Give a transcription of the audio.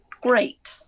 great